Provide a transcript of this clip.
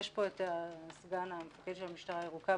יש פה את סגן מפקד המשטרה הירוקה,